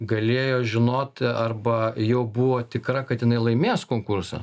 galėjo žinoti arba jau buvo tikra kad jinai laimės konkursą